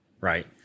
Right